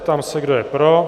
Ptám se, kdo je pro.